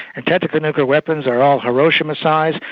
ah tactical nuclear weapons are all hiroshima-sized,